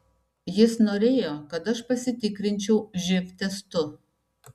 jis norėjo kad aš pasitikrinčiau živ testu